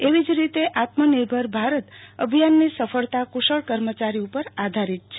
એવી જ રીતે આત્મનિર્ભર ભારત અભિથાનની સફળતા કુશળ કર્મચારી ઉપર આધારિત છે